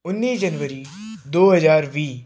ਉੱਨੀ ਜਨਵਰੀ ਦੋ ਹਜ਼ਾਰ ਵੀਹ